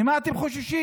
ממה אתם חוששים?